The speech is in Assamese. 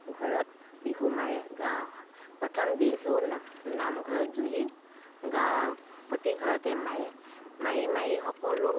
ঘৰত বিহু মাৰে গাঁও প্ৰথম বিহু নামঘৰত জুৰি গাঁৱৰ প্ৰতিঘৰতে মাৰে মাৰি মাৰি সকলো